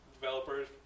developers